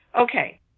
Okay